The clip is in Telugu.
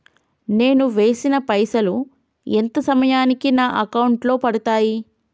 నేను వేసిన పైసలు ఎంత సమయానికి నా అకౌంట్ లో పడతాయి?